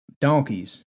donkeys